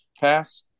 pass